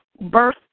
birth